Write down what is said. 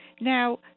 Now